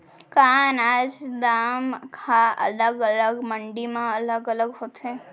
का अनाज के दाम हा अलग अलग मंडी म अलग अलग होथे?